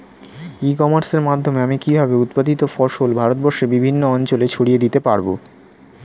ই কমার্সের মাধ্যমে আমি কিভাবে উৎপাদিত ফসল ভারতবর্ষে বিভিন্ন অঞ্চলে ছড়িয়ে দিতে পারো?